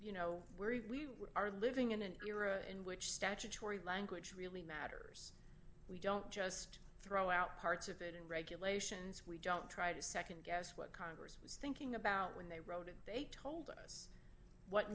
you know where we are living in an era in which statutory language really matters we don't just throw out parts of it and regulations we don't try to nd guess what congress was thinking about when they wrote it they told what